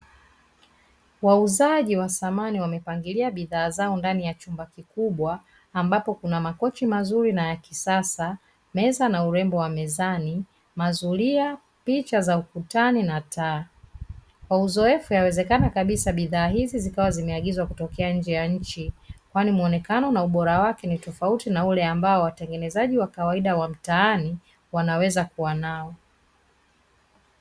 Wauzaji wa samani wamepangilia bidhaa zao ndani ya chumba kikubwa, ambapo kuna makochi mazuri na ya kisasa, meza na urembo wa mezani, mazulia, picha za ukutani na taa. Kwa uzoefu yawezekana kabisa bidhaa hizi zikawa zimeagizwa kutokea nje ya nchi, kwani mwonekano na ubora wake ni tofauti na ule ambao watengenezaji wa kawaida wa mtaani wanaweza kuwa nao.